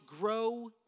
grow